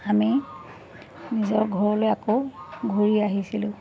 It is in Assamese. আমি নিজৰ ঘৰলৈ আকৌ ঘূৰি আহিছিলোঁ